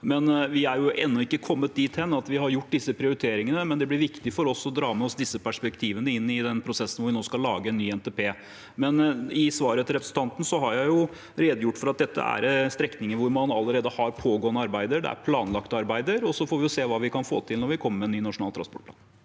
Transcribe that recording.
måte. Vi har ennå ikke kommet dit hen at vi har gjort disse prioriteringene, men det blir viktig for oss å ta med oss disse perspektivene i prosessen hvor vi nå skal lage en ny NTP. I svaret til representanten har jeg redegjort for at dette er strekninger hvor man allerede har pågående arbeider, det er planlagte arbeider, og så får vi se hva vi kan få til når vi kommer med ny nasjonal transportplan.